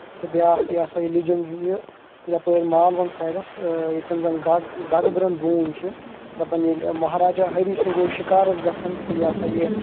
تہٕ بیٛاکھ یہِ ہَسا یہِ لِجَن چھُ یہِ یَپٲرۍ مالوَن سایڈَس ییٚتٮ۪ن زَن گَگبرَن بوٗنۍ چھِ دَپَن ییٚلہِ مہاراجا ۂری سِنٛگھ اوس شِکارَس گژھن تہٕ یہِ سا یہِ